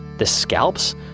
the scalps?